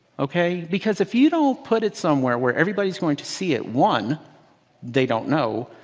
ok? because if you don't put it somewhere where everybody is going to see it, one they don't know.